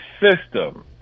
system